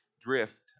drift